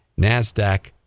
NASDAQ